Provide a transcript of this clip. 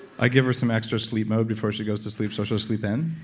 i give her some extra sleep mode before she goes to sleep so she'll sleep in?